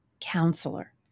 Counselor